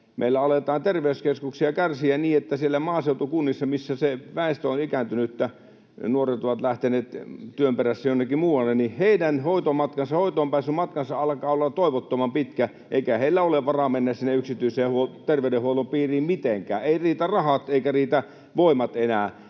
meillä aletaan terveyskeskuksia karsia niin, että siellä maaseutukunnissa, missä väestö on ikääntynyttä ja nuoret ovat lähteneet työn perässä jonnekin muualle, hoitoonpääsyn matka alkaa olla toivottoman pitkä. Eikä heillä ole varaa mennä sinne yksityisen terveydenhuollon piiriin mitenkään. Eivät riitä rahat, eivätkä riitä voimat enää.